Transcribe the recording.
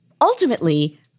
ultimately